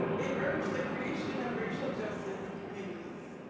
it urged the creation of racial justice committees.